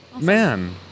man